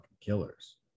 killers